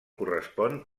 correspon